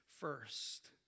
first